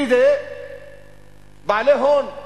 בידי בעלי ההון.